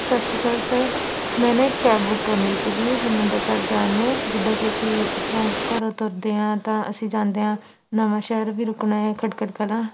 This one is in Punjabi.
ਸਤਿ ਸ਼੍ਰੀ ਅਕਾਲ ਸਰ ਮੈ ਨਾ ਇੱਕ ਕੈਬ ਬੁੱਕ ਕਰਨੀ ਸੀਗੀ ਹਰਿਮੰਦਰ ਸਾਹਿਬ ਜਾਣ ਨੂੰ ਜਿੱਦਾਂ ਕਿ ਅਸੀਂ ਇੱਥੋਂ ਘਰੋਂ ਤੁਰਦੇ ਹਾਂ ਤਾਂ ਅਸੀਂ ਜਾਂਦੇ ਹਾਂ ਨਵਾਂ ਸ਼ਹਿਰ ਵੀ ਰੁਕਣਾ ਹੈ ਖਟਕੜ ਕਲਾਂ